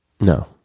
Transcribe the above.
No